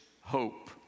hope